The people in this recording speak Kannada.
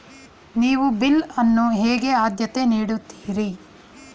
ನೀವು ಬಿಲ್ ಅನ್ನು ಹೇಗೆ ಆದ್ಯತೆ ನೀಡುತ್ತೀರಿ?